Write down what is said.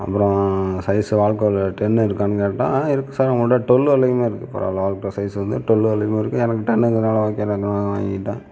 அப்புறம் சைஸு வால்க்ரோல டென் இருக்கான்னு கேட்டேன் ஆ இருக்குது சார் நம்மகிட்ட ட்டுவல் வரையிலேயுமே இருக்குது பரவாயில்லை வால்க்ரோ சைஸ் வந்து ட்டுவல் வரையிலயும் இருக்குது எனக்கு டென்னுங்கிறதுனால ஓகேதான்னு வாங்கிட்டேன்